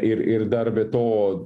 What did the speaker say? ir ir dar be to